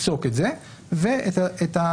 תפסוק את זה ואת הדברים